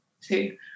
two